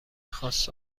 خاص